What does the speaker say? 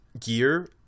gear